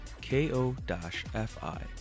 K-O-F-I